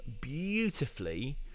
beautifully